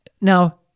Now